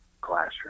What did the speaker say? classroom